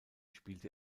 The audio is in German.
spielt